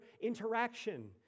interaction